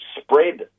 spread